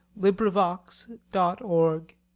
LibriVox.org